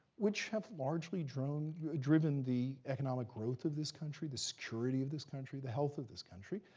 which have largely driven driven the economic growth of this country, the security of this country, the health of this country.